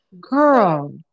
Girl